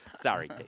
Sorry